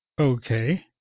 Okay